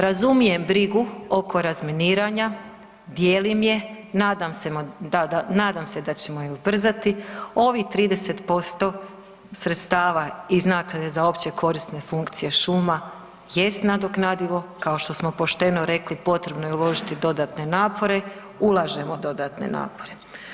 Razumijem brigu oko razminiranja, dijelim je, nadam se da ćemo je ubrzati ovih 30% sredstva iz naknade za općekorisne funkcije šuma jest nadoknadivo, kao što smo pošteno rekli potrebno je uložiti dodatne napore, ulažemo dodatne napore.